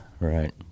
Right